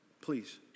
please